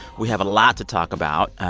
we have a lot to talk about,